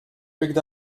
picked